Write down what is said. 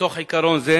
מתוך עיקרון זה